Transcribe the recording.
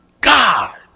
God